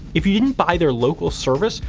if you didn't buy their local service,